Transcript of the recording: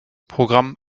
programm